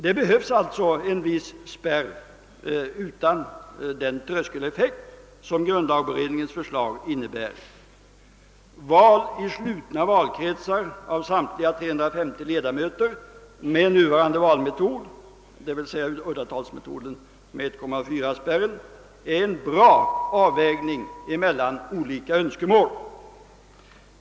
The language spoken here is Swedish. Det behövs alltså en viss spärr mot småpartier men utan den tröskeleffekt som grundlagberedningens förslag innebär. Val i slutna valkretsar av samtliga 350 ledamöter med nuvarande valmetod — d. v. s. uddatalsmetoden med 1,4-spärr — innebär en bra avvägning mellan olika önskemål.